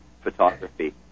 photography